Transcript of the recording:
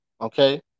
Okay